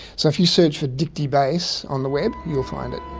so if you search for dictybase on the web, you'll find it.